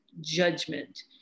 judgment